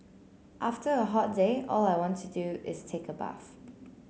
after a hot day all I want to do is take a bath